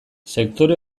sektore